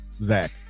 Zach